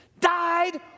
died